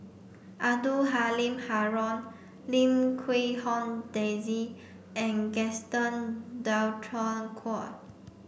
Abdul Halim Haron Lim Quee Hong Daisy and Gaston Dutronquoy